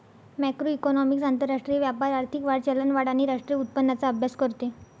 macroeconomics आंतरराष्ट्रीय व्यापार, आर्थिक वाढ, चलनवाढ आणि राष्ट्रीय उत्पन्नाचा अभ्यास करते